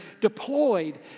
deployed